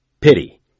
Pity